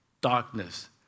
darkness